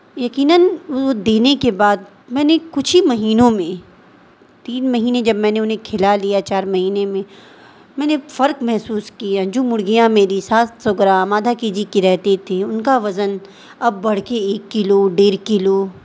یقیناً وہ دینے کے بعد میں نے کچھ ہی مہینوں میں تین مہینے جب میں نے انہیں کھلا لیا چار مہینے میں میں نے فرق محسوس کیا جو مرغیاں میری سات سو گر آدھا کے جی کی رہتے تھی ان کا وزن اب بڑھ کے ایک کلو ڈیڑھ کلو